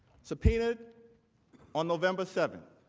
subpoenaed on november seven,